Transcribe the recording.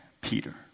Peter